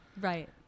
Right